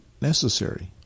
necessary